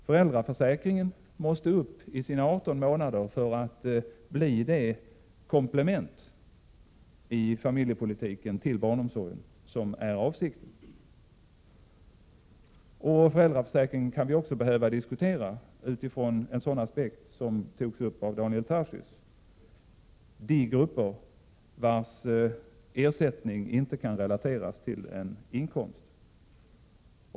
Föräldraförsäkringen måste komma upp i sina 18 månader för att bli det komplement till barnomsorgen inom familjepolitiken som är avsikten. Också föräldraförsäkringen kan vi behöva diskutera utifrån en sådan aspekt som Daniel Tarschys tog upp beträffande de grupper vilkas ersättning inte kan relateras till en inkomst.